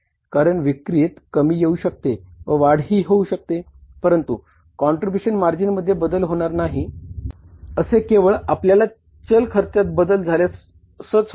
कारण विक्रीत कमी येऊ शकते व वाढ ही होऊ शकते परंतु कॉन्ट्रिब्युशन मार्जिनमध्ये बदल होणार नाही आणि असे केवळ आपल्या चल खर्चात बदल झाल्यासच होईल